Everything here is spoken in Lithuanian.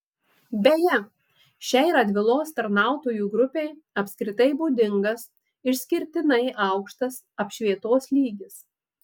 beje šiai radvilos tarnautojų grupei apskritai būdingas išskirtinai aukštas apšvietos lygis